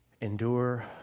endure